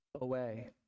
away